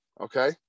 okay